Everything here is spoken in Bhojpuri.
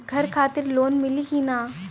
घर खातिर लोन मिली कि ना?